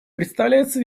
представляется